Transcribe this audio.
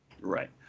Right